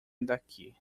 daqui